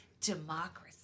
democracy